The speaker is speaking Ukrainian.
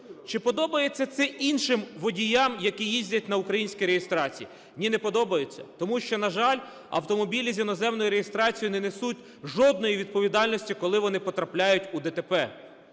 Чи подобається це іншим водіям, які їздять на українській реєстрації? Ні, не подобається. Тому що, на жаль, автомобілі з іноземною реєстрацією на несуть жодної відповідальності, коли вони потрапляють у ДТП.